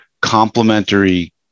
complementary